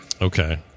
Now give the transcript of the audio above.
okay